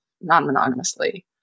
non-monogamously